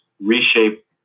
reshape